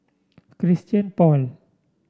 Christian Paul